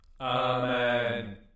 Amen